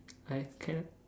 I kind of